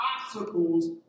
obstacles